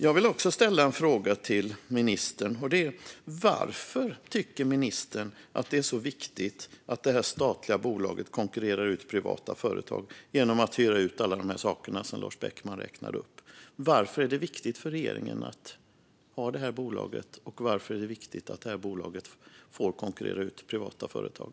Jag vill också ställa ett par frågor till ministern. Varför tycker ministern att det är så viktigt att det här statliga bolaget konkurrerar ut privata företag genom att hyra ut alla de saker som Lars Beckman räknade upp? Varför är det viktigt för regeringen att ha detta bolag, och varför är det viktigt att det får konkurrera ut privata företag?